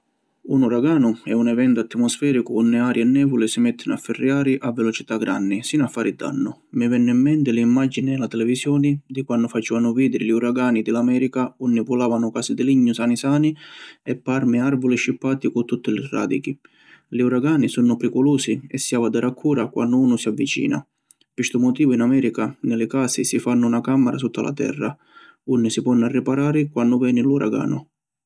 Un uraganu è un eventu atmosfericu unni aria e nuvuli si mettinu a firriari a velocità granni sinu a fari dannu. Mi vennu in menti li imagini ni la televisioni di quannu facivanu vidiri li uragani di l’America, unni vulavanu casi di lignu sani sani e parmi e arvuli scippati cu tutti li radichi. Li uragani sunnu priculusi e si havi a dari accura quannu unu si avvicina. Pi ‘stu motivu in America ni li casi si fannu na cammara sutta la terra unni si ponnu arriparari quannu veni l’uraganu.